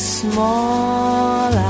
small